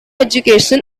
education